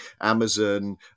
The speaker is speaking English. Amazon